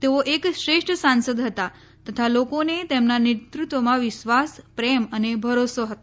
તેઓ એક શ્રેષ્ઠ સાંસદ હતા તથા લોકોને તેમના નેતૃત્વમાં વિશ્વાસ પ્રેમ અને ભરોસો હતો